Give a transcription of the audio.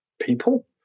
people